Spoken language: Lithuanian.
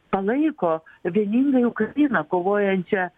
palaiko vieningai ukrainą kovojančią